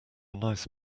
nice